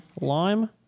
Lime